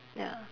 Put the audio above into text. ya